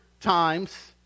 times